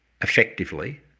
effectively